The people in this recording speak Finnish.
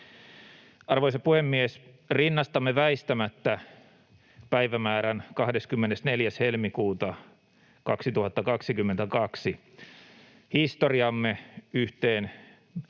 Arvoisa puhemies! Rinnastamme väistämättä päivämäärän 24. helmikuuta 2022 historiamme yhteen